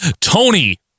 Tony